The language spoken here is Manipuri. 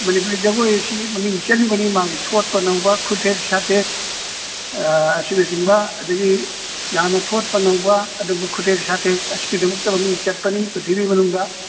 ꯃꯅꯤꯄꯨꯔꯤ ꯖꯒꯣꯏ ꯑꯁꯤꯒꯤ ꯃꯃꯤꯡ ꯆꯠꯂꯤꯕꯅꯤ ꯃꯥꯒꯤ ꯊꯣꯠꯄ ꯅꯧꯕ ꯈꯨꯠꯊꯦꯛ ꯁꯥꯊꯦꯛ ꯑꯁꯤꯅꯆꯤꯡꯕ ꯑꯗꯒꯤ ꯌꯥꯝꯅ ꯊꯣꯠꯄ ꯅꯧꯕ ꯑꯗꯨꯝꯕ ꯈꯨꯠꯊꯦꯛ ꯁꯥꯊꯦꯛ ꯑꯁꯤꯒꯤꯗꯃꯛꯇ ꯃꯃꯤꯡ ꯆꯠꯄꯅꯤ ꯄ꯭ꯔꯤꯊꯤꯕꯤ ꯃꯅꯨꯡꯗ